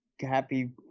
happy